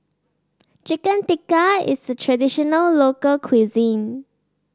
Chicken Tikka is a traditional local cuisine